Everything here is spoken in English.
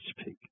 speak